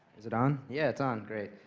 is it on? yeah, it's on. great.